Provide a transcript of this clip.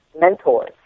mentors